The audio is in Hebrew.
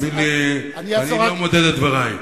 אני מודד את דברי.